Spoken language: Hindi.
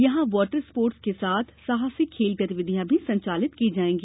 यहां वॉटर स्पोटर्स के साथ साहसिक खेल गतिविधियां भी संचालित की जायेगी